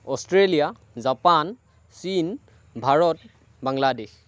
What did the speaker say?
Australia Japan চীন ভাৰত বাংলাদেশ